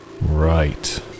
Right